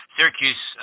Syracuse